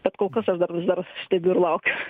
bet kol kas aš dar dar stebiu ir laukiu